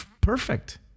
perfect